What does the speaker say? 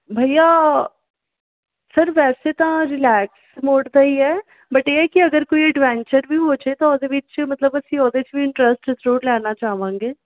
ਭਈਆ ਸਰ ਵੈਸੇ ਤਾਂ ਰਿਲੈਕਸ ਮੋਡ ਦਾ ਹੀ ਹੈ ਬੱਟ ਇਹ ਹੈ ਕੀ ਅਗਰ ਕੋਈ ਅਡਵੈਂਚਰ ਵੀ ਹੋ ਜਾਵੇ ਤਾਂ ਉਹਦੇ ਵਿੱਚ ਮਤਲਬ ਅਸੀਂ ਉਹਦੇ 'ਚ ਵੀ ਇੰਟ੍ਰਸਟ ਜ਼ਰੂਰ ਲੈਣਾ ਚਾਹਵਾਂਗੇ